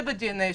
זה ב DNA שלנו.